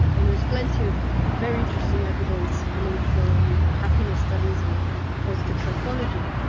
and there's plenty of very interesting evidence coming from happiness studies and positive psychology,